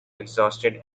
exhausted